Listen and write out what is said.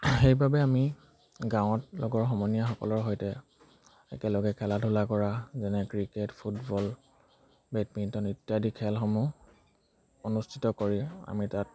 সেইবাবে আমি গাঁৱত লগৰ সমনীয়াসকলৰ সৈতে একেলগে খেলা ধূলা কৰা যেনে ক্ৰিকেট ফুটবল বেডমিণ্টন ইত্যাদি খেলসমূহ অনুষ্ঠিত কৰি আমি তাত